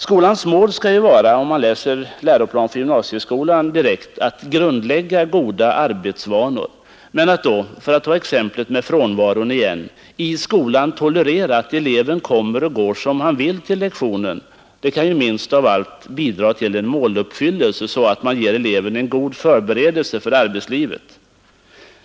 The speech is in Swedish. Skolans mål skall ju enligt läroplan för gymnasieskolan vara att grundlägga goda arbetsvanor. Men att då — för att ta exemplet med frånvaron igen — i skolan tolerera att eleven kommer och går som han vill kan minst av allt bidra till en måluppfyllelse och ge eleven en god förberedelse för arbetslivet.